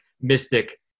mystic